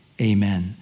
Amen